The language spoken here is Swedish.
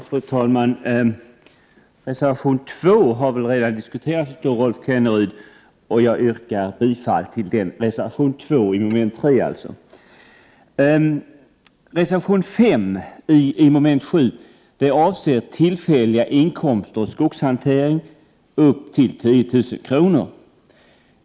Fru talman! Reservation 2 i mom. 3 har redan redovisats av Rolf Kenneryd, och jag yrkar bifall till den. Reservation 5 till mom. 7 avser tillfällig inkomst av skogshantering upp till 10 000 kr.